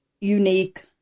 unique